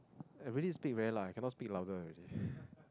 I really speak very loud I cannot speak louder already